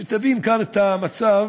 שתבין כאן את המצב.